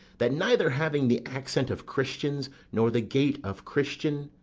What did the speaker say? that, neither having the accent of christians, nor the gait of christian,